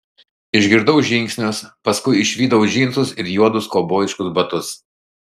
išgirdau žingsnius paskui išvydau džinsus ir juodus kaubojiškus batus